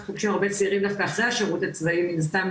צעירים דווקא אחרי השירות הצבאי מן הסתם,